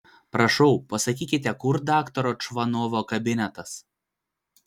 prašau pasakykite kur daktaro čvanovo kabinetas